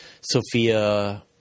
Sophia